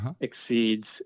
exceeds